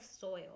soil